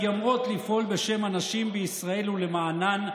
מתיימרות לפעול בשם הנשים בישראל ולמענן,